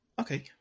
Okay